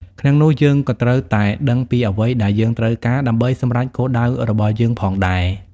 ក្នុងនោះយើងក៏ត្រូវតែដឹងពីអ្វីដែលយើងត្រូវការ ដើម្បីសម្រេចគោលដៅរបស់យើងផងដែរ។